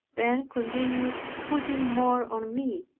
then continued putting more on me